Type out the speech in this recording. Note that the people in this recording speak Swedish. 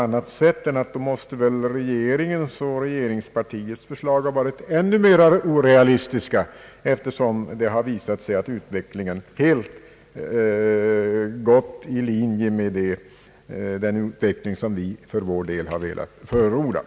Enligt min bedömning måste regeringens och regeringspartiets förslag ha varit ännu mera orealistiska, eftersom utvecklingen helt har gått i linje med vad vi förordat.